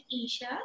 Asia